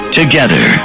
together